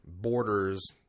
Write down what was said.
Borders